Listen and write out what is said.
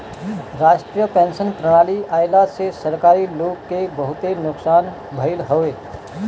राष्ट्रीय पेंशन प्रणाली आईला से सरकारी लोग के बहुते नुकसान भईल हवे